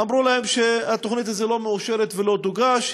אמרו להם שהתוכנית הזאת לא מאושרת ולא תוגש.